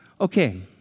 Okay